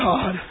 God